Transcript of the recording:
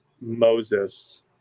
Moses